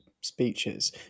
speeches